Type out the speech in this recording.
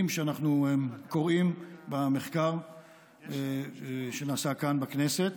שאנחנו קוראים במחקר שנעשה כאן בכנסת